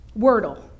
Wordle